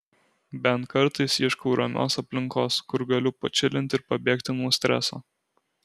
bent kartais ieškau ramios aplinkos kur galiu pačilint ir pabėgti nuo streso